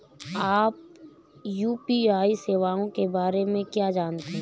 आप यू.पी.आई सेवाओं के बारे में क्या जानते हैं?